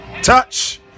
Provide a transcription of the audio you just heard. touch